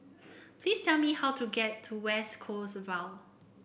please tell me how to get to West Coast Vale